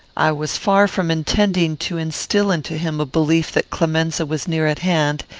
i was far from intending to instil into him a belief that clemenza was near at hand,